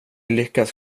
lyckas